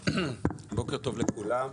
לכולם.